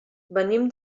venim